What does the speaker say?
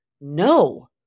No